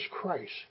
Christ